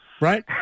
Right